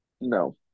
No